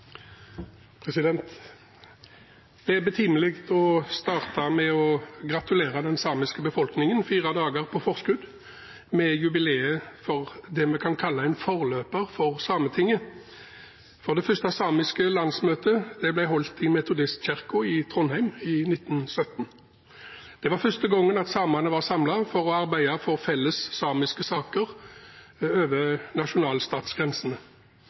betimelig å starte med å gratulere den samiske befolkningen, fire dager på forskudd, med jubileet for det vi kan kalle en forløper for Sametinget, for det første samiske landsmøtet ble holdt i Metodistkirken i Trondheim i 1917. Det var første gangen samene var samlet for å arbeide for felles samiske saker over nasjonalstatsgrensene.